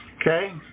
Okay